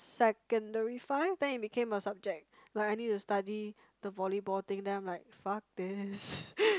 secondary five then it became a subject like I need to study the volleyball thing then I'm like fuck this